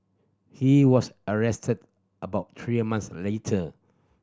he was arrested about three months later